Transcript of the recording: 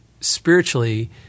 spiritually